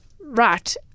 right